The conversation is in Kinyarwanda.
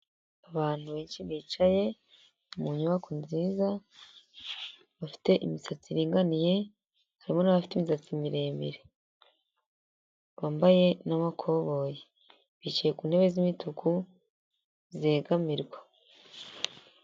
Abantu benshi bicaye mu nyubako nziza bafite imisatsi iringaniye, harimo n'abafite imisatsi miremire bambaye n'amakoboyi bicaye ku ntebe z'imituku zegamirwa.